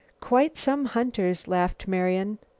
quite some hunters, laughed marian.